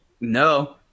No